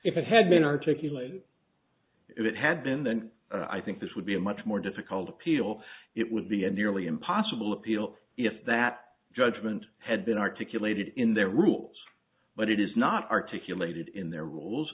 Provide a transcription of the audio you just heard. if it had been articulated if it had been then i think this would be a much more difficult appeal it would be a nearly impossible appeal if that judgment had been articulated in their rules but it is not articulated in their rules